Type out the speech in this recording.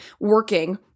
working